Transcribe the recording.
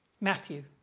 Matthew